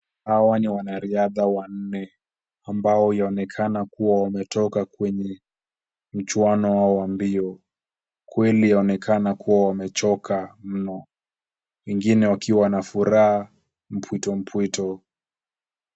Hawa ni wanariadha wanne ambao wanaonekana wametoka kwenye mchuano wa mbio kweli waonekana kuwa wamechoka mno wengine wakiwa na furaha mpwitompwito.